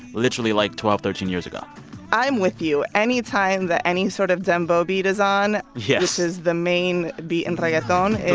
literally like twelve, thirteen years ago i'm with you. anytime that any sort of dembow beat is on. yes. which is the main beat in reggaeton.